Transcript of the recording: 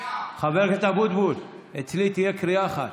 חבר הכנסת אבוטבול, אצלי תהיה קריאה אחת.